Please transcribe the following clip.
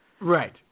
Right